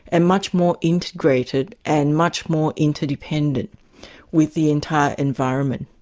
and much more integrated and much more interdependent with the entire environment,